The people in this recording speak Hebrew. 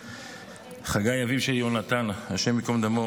אביו של יהונתן, השם ייקום דמו,